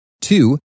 two